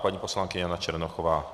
Paní poslankyně Jana Černochová.